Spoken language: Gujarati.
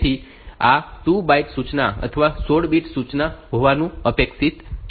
તેથી આ 2 બાઈટ સૂચના અથવા 16 બીટ સૂચના હોવાનું અપેક્ષિત છે